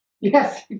Yes